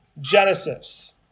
Genesis